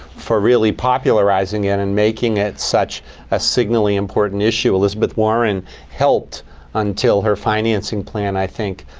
for really popularizing it and making it such a signally important issue. elizabeth warren helped until her financing plan, i think,